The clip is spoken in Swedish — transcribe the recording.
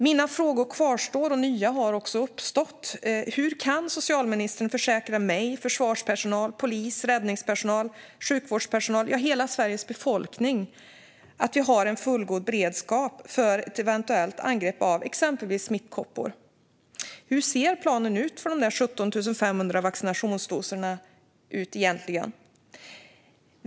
Mina frågor kvarstår, och nya har uppstått: Hur kan socialministern försäkra mig, försvarspersonal, polis, räddningspersonal, sjukvårdspersonal, ja hela Sveriges befolkning att vi har en fullgod beredskap för ett eventuellt angrepp av exempelvis smittkoppor? Hur ser egentligen planen ut för de där 17 500 vaccinationsdoserna?